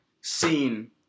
seen